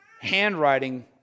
handwriting